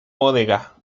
bodega